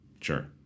Sure